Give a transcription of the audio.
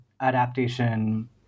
adaptation